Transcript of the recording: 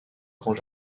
grand